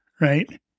right